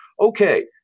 Okay